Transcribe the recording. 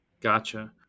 Gotcha